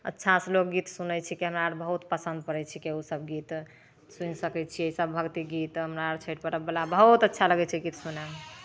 अच्छासँ लोक गीत सुनै छिकै हमराआर बहुत पसन्द पड़ै छिकै ओसभ गीत सुनि सकै छियै इसभ भक्ति गीत हमरा आरके तरफवला बहुत अच्छा लगै छै गीत सुनयमे